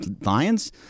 Lions